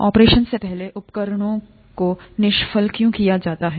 operation से पहले उपकरणों को निष्फल क्यों किया जाता है